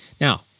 Now